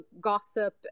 gossip